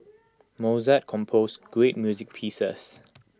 Mozart composed great music pieces